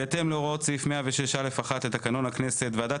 בהתאם להוראות סעיף 106(א)(1) לתקנון הכנסת הוועדה